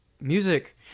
music